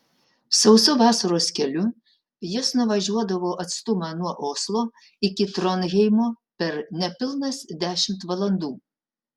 sausu vasaros keliu jis nuvažiuodavo atstumą nuo oslo iki tronheimo per nepilnas dešimt valandų